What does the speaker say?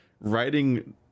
writing